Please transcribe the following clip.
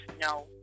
no